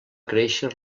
créixer